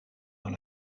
dans